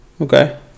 Okay